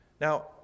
Now